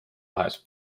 tahes